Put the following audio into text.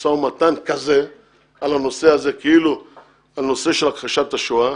משא ומתן כזה על הנושא הזה של הכחשת השואה.